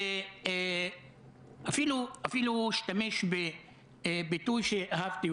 אפילו אשתמש בביטוי שאהבתי